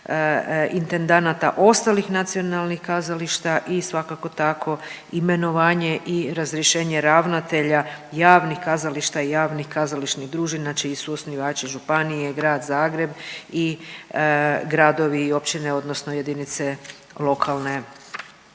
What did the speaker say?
intendanata ostalih nacionalnih kazališta i svakako tako imenovanje i razrješenje ravnatelja javnih kazališta i javnih kazališnih družina čiji su osnivači županije i Grad Zagreb i gradovi i općine odnosno jedinice lokalne